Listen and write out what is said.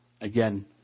again